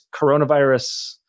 coronavirus